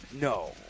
No